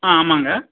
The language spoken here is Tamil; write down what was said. ஆ ஆமாம்ங்க